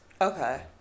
Okay